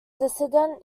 dissident